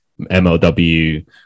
MLW